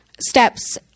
steps